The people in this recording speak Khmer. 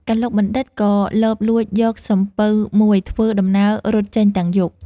កឡុកបណ្ឌិត ក៏លបលួចយកសំពៅមួយ ធ្វើ ដំណើររត់ចេញទាំងយប់ ។